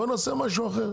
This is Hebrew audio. בואו נעשה משהו אחר.